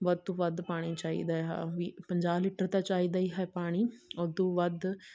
ਵੱਧ ਤੋਂ ਵੱਧ ਪਾਣੀ ਚਾਹੀਦਾ ਹਾ ਵੀ ਪੰਜਾਹ ਲੀਟਰ ਤਾਂ ਚਾਹੀਦਾ ਹੀ ਹੈ ਪਾਣੀ ਉੱਦੂ ਵੱਧ